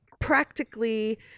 practically